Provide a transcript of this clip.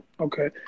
Okay